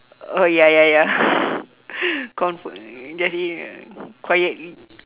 uh ya ya ya comfort food just eat right quiet